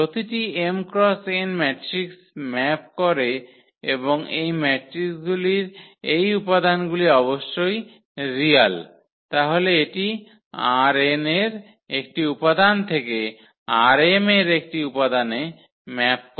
প্রতিটি m x n matrix map করে এবং এই ম্যাট্রিকগুলির এই উপাদানগুলি অবশ্যই রিয়াল তাহলে এটি ℝn এর একটি উপাদান থেকে ℝm এর একটি উপাদানে ম্যাপ করে